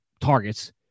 targets